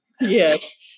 yes